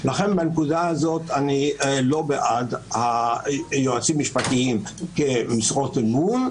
לכן בנקודה הזאת אני לא בעד יועצים משפטיים כמשרות אמון.